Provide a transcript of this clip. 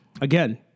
again